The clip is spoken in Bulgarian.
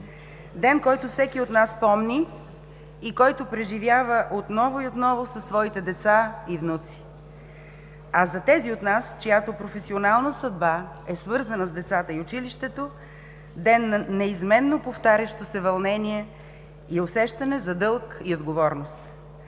Ден, който всеки от нас помни и който преживява отново и отново със своите деца и внуци. А за тези от нас, чиято професионална съдба е свързана с децата и училището – ден на неизменно повтарящо се вълнение и усещане за дълг и отговорност.